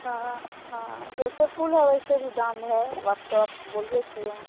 हाँ हाँ जैसे फूल है वैसे ही दाम है बात तो आप बोलबे किए है